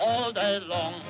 all day long